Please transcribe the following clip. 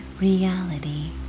reality